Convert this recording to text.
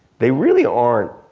they really aren't,